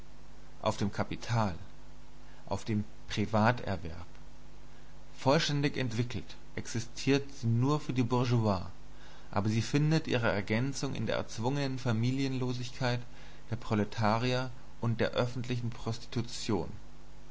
auf dem kapital auf dem privaterwerb vollständig entwickelt existiert sie nur für die bourgeoisie aber sie findet ihre ergänzung in der erzwungenen familienlosigkeit der proletarier und der öffentlichen prostitution